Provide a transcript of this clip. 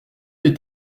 est